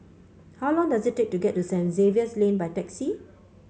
how long does it take to get to Saint Xavier's Lane by taxi